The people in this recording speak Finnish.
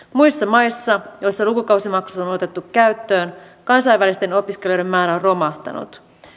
muissa maissa joissa lukukausimaksut on otettu käyttöön kansainvälisten opiskelijoiden määrä on romahtanut